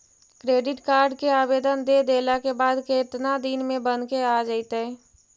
Credit card के आवेदन दे देला के बाद केतना दिन में बनके आ जइतै?